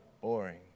boring